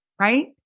right